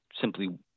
simply